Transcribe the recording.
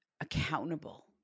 accountable